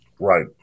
Right